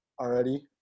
already